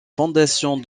fondations